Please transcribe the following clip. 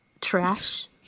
Trash